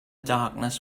darkness